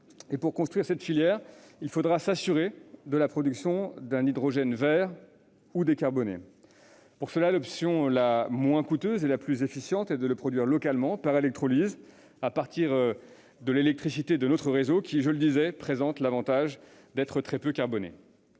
Pour construire cette filière, il faudra s'assurer de la production d'un hydrogène vert ou décarboné. Pour cela, l'option la moins coûteuse et la plus efficiente est de le produire localement, par électrolyse, à partir de l'électricité de notre réseau, qui, je le disais, présente l'avantage d'être très peu carbonée.